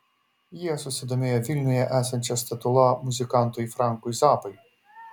jie susidomėjo vilniuje esančia statula muzikantui frankui zappai